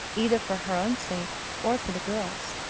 either for her own sake or for the girl's.